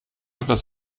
etwas